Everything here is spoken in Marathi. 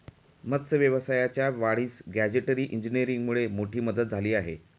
मत्स्य व्यवसायाच्या वाढीस गॅजेटरी इंजिनीअरिंगमुळे मोठी मदत झाली आहे